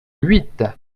huit